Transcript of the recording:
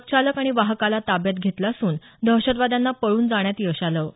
truck चालक आणि वाहकाला ताब्यात घेतलं असून दहशतवाद्यांना पळून जाण्यात यश आलं